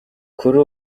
kuri